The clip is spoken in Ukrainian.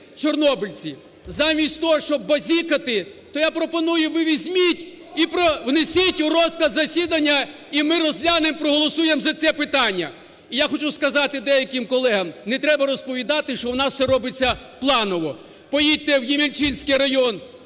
чорнобильці. Замість того, щоб базікати, то я пропоную, ви візьміть і внесіть у розклад засідання. І ми розглянемо, проголосуємо за це питання. І я хочу сказати деяким колегам, не треба розповідати, що у нас все робиться планово. Поїдьте в Ємільчинський район